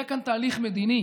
יהיה כאן תהליך מדיני